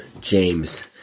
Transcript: James